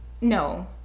no